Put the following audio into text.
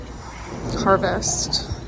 harvest